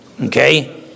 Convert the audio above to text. Okay